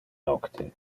nocte